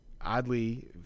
oddly